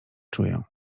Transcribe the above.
czuję